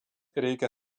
reikia